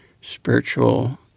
spiritual